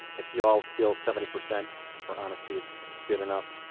if you all feel seventy percent for honesty is good enough,